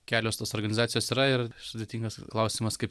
kelios tos organizacijos yra ir sudėtingas klausimas kaip